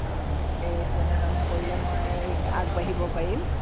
অঁ সেই তেনেধৰণে কৰিলে মই আগবাঢ়িব পাৰিম